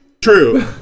True